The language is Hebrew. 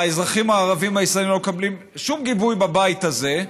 האזרחים הערבים הישראלים לא מקבלים שום גיבוי בבית הזה.